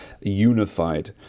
unified